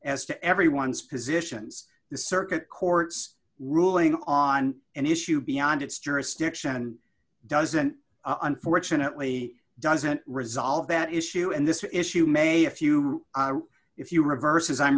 as to everyone's positions the circuit court's ruling on an issue beyond its jurisdiction and doesn't unfortunately doesn't resolve that issue and this issue may if you if you reverse as i'm